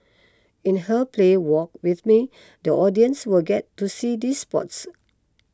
in her play Walk with Me the audience will get to see these spots